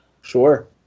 Sure